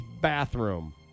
bathroom